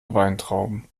weintrauben